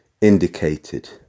indicated